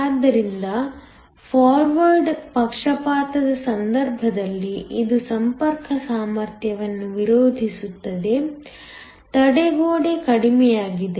ಆದ್ದರಿಂದ ಫಾರ್ವರ್ಡ್ ಪಕ್ಷಪಾತದ ಸಂದರ್ಭದಲ್ಲಿ ಇದು ಸಂಪರ್ಕ ಸಾಮರ್ಥ್ಯವನ್ನು ವಿರೋಧಿಸುತ್ತದೆ ತಡೆಗೋಡೆ ಕಡಿಮೆಯಾಗಿದೆ